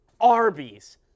Arby's